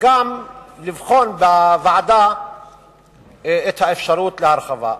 וגם לבחון בוועדה את האפשרות להרחבה.